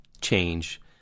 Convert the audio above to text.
change